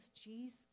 Jesus